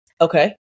Okay